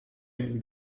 emin